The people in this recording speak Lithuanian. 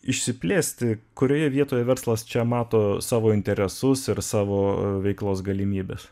išsiplėsti kurioje vietoje verslas čia mato savo interesus ir savo veiklos galimybes